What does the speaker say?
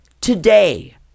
today